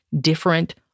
different